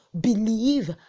believe